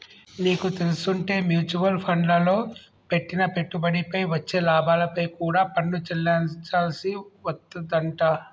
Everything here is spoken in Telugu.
నీకు తెల్సుంటే మ్యూచవల్ ఫండ్లల్లో పెట్టిన పెట్టుబడిపై వచ్చే లాభాలపై కూడా పన్ను చెల్లించాల్సి వత్తదంట